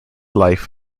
life